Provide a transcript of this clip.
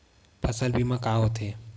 फसल बीमा का होथे?